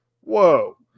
whoa